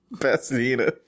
Pasadena